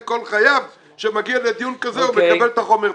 כל חייו והוא מגיע לדיון כזה ומקבל את החומר כאן.